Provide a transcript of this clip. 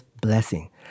blessing